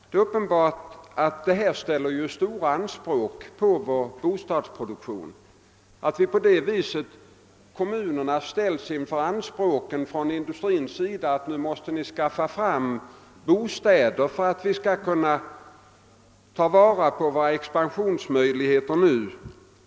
Det är uppenbart att detta reser stora anspråk på vår bostadsproduktion och att kommunerna ställs inför kravet från industrierna att skaffa fram bostäder för den arbetskraft som de behöver för att kunna ta vara på sina expansionsmöjligheter.